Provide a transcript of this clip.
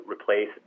replace